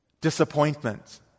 disappointment